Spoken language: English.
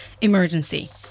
emergency